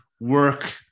work